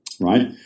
right